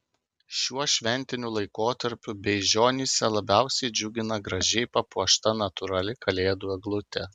šiuo šventiniu laikotarpiu beižionyse labiausiai džiugina gražiai papuošta natūrali kalėdų eglutė